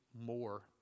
more